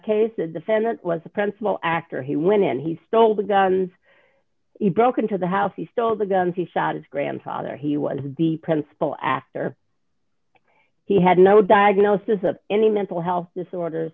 case a defendant was the principal actor he went in he stole the guns broke into the house he stole the guns he shot his grandfather he was the principal actor he had no diagnosis of any mental health disorder